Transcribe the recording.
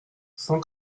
cent